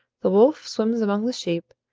the wolf swims among the sheep,